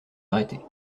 arrêter